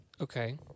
Okay